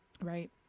Right